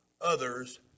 others